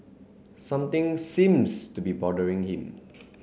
something seems to be bothering him